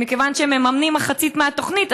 ומכיוון שהם מממנים מחצית מהתוכנית,